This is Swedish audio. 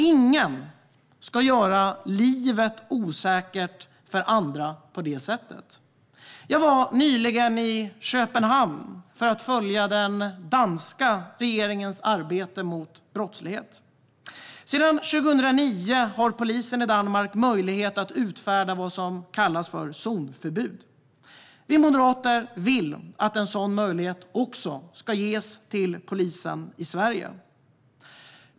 Ingen ska göra livet osäkert för andra på det sättet. Jag var nyligen i Köpenhamn för att följa den danska regeringens arbete mot brottslighet. Sedan 2009 har polisen i Danmark möjlighet att utfärda vad som kallas för zonförbud. Vi moderater vill att en sådan möjlighet också ska ges till polisen i Sverige.